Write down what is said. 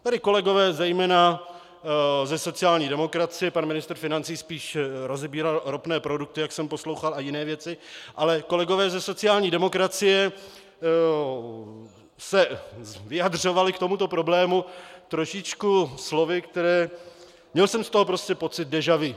Tady kolegové zejména ze sociální demokracie pan ministr financí spíš rozebíral ropné produkty, jak jsem poslouchal, a jiné věci ale kolegové ze sociální demokracie se vyjadřovali k tomuto problému trošičku slovy, která měl jsem z toho prostě pocit déjà vu.